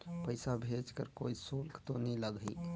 पइसा भेज कर कोई शुल्क तो नी लगही?